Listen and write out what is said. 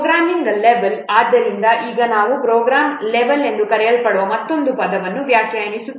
program level ಆದ್ದರಿಂದ ಈಗ ನಾವು ಪ್ರೋಗ್ರಾಂ ಲೆವೆಲ್ ಎಂದು ಕರೆಯಲ್ಪಡುವ ಮತ್ತೊಂದು ಪದವನ್ನು ವ್ಯಾಖ್ಯಾನಿಸುತ್ತೇವೆ